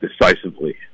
decisively